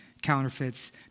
Counterfeits